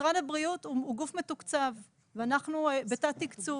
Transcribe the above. משרד הבריאות הוא גוף מתוקצב ואנחנו בתת תקצוב.